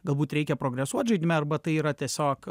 galbūt reikia progresuot žaidime arba tai yra tiesiog